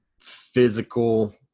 physical